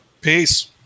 Peace